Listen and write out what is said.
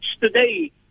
today